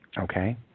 Okay